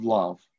love